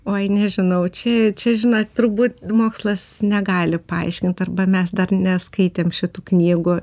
uoj nežinau čia čia žinot turbūt mokslas negali paaiškint arba mes dar neskaitėm šitų knygų